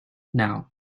now